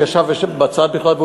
הוא ישב בצד בכלל,